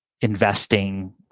investing